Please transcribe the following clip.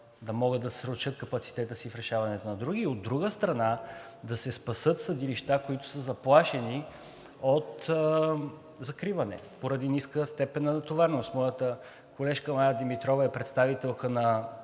да могат да съсредоточат капацитета си в решаването на други и от друга страна, да се спасят съдилища, които са заплашени от закриване поради ниска степен на натовареност. Моята колежка Мая Димитрова е представителка на